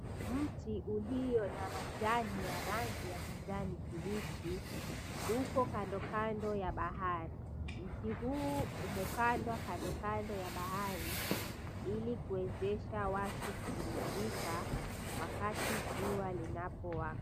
Mti ulio na majani ya rangi ya kijani kibichi uko kandokando ya bahari. Mti hiu umepandwa kandokando ya bahari ili kuwezesha watu kupumzika wakati jua linapowaka.